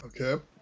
Okay